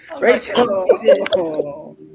Rachel